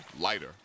lighter